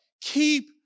Keep